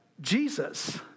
Jesus